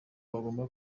bagomba